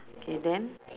okay then